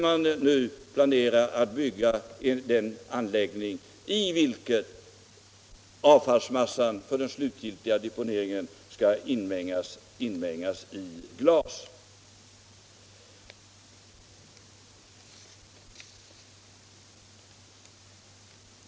Man planerar nu att bygga en anläggning, i vilken avfallsmassan för den slutliga deponeringen skall inmängas i glas.